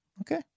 Okay